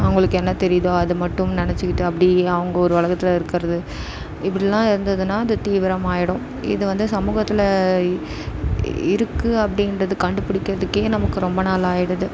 அவங்களுக்கு என்ன தெரியுதோ அதை மட்டும் நினச்சிக்கிட்டு அப்படியே அவங்க ஒரு உலகத்துல இருக்கிறது இப்படிலாம் இருந்ததுன்னால் அது தீவிரமாக ஆயிடும் இது வந்து சமூகத்தில் இருக்குது அப்படின்றது கண்டுபிடிக்கிறதுக்கே நமக்கு ரொம்ப நாள் ஆயிடுது